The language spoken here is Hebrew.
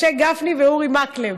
משה גפני ואורי מקלב,